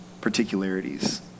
particularities